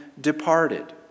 departed